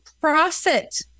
profit